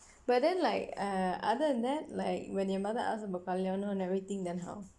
but then like err other than that like when your mother ask about கல்யாணம்:kalyaanam everything then how